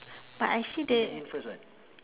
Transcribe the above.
but I see the